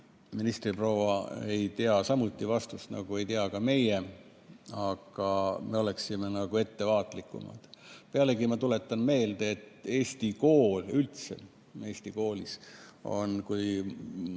ministriproua ei tea samuti vastust, nagu ei tea ka meie. Aga me oleksime ettevaatlikumad. Pealegi, ma tuletan meelde, et üldse Eesti koolis on, kui